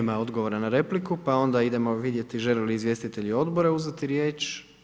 Nema odgovora na repliku pa onda idemo vidjeti žele li izvjestitelji odbora uzeti riječ?